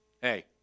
Hey